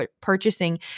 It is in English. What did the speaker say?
purchasing